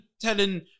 telling